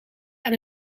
aan